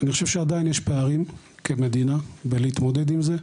אני חושב שעדיין יש פערים כמדינה ולהתמודד עם זה.